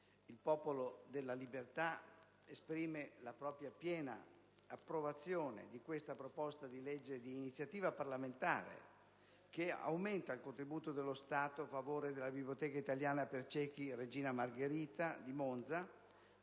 il Popolo della Libertà dichiara il pieno consenso a questa proposta di legge di iniziativa parlamentare, che aumenta il contributo dello Stato a favore della Biblioteca italiana per ciechi «Regina Margherita» di Monza,